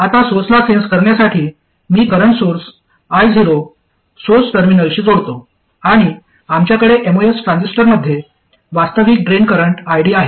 आता सोर्सला सेन्स कारण्यासाठी मी करंट सोर्स I0 सोर्स टर्मिनलशी जोडतो आणि आमच्याकडे एमओएस ट्रान्झिस्टरमध्ये वास्तविक ड्रेन करंट ID आहे